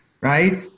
right